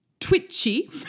Twitchy